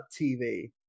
tv